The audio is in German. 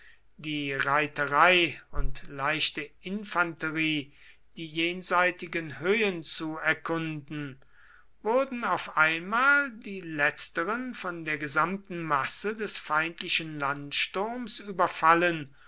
die reiterei und leichte infanterie die jenseitigen höhen zu erkunden wurden auf einmal die letzteren von der gesamten masse des feindlichen landsturms überfallen